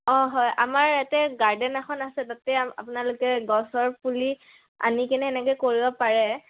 অঁ হয় আমাৰ ইয়াতে গাৰ্ডেন এখন আছে তাতে আপোনালোকে গছৰ পুলি আনি কিনে এনেকৈ কৰিব পাৰে